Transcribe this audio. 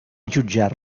jutjar